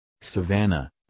Savannah